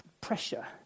Pressure